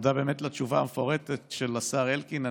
ותודה באמת על התשובה המפורטת של השר אלקין.